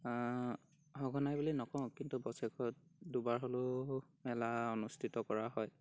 সঘনাই বুলি নকওঁ কিন্তু বছৰেকত দুবাৰ হ'লেও মেলা অনুষ্ঠিত কৰা হয়